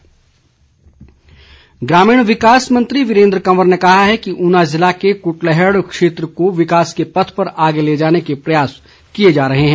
वीरेन्द्र कंवर ग्रामीण विकास मंत्री वीरेन्द्र कंवर ने कहा है कि ऊना ज़िले के कुटलैहड़ क्षेत्र को विकास के पथ पर आगे ले जाने के प्रयास किए जा रहे हैं